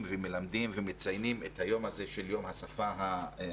ומלמדים ומציינים את היום הזה של יום השפה הערבית.